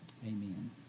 Amen